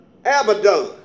Abaddon